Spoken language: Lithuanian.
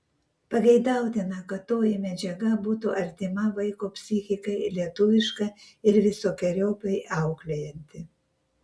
pageidautina kad toji medžiaga būtų artima vaiko psichikai lietuviška ir visokeriopai auklėjanti